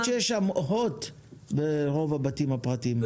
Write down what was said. למרות שלרוב הבתים הפרטיים יש את חברת הכבלים הוט.